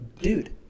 dude